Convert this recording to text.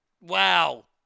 Wow